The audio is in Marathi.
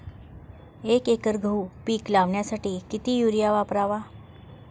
एक एकर गहू पीक लावण्यासाठी किती युरिया वापरावा?